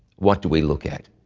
what do we look at?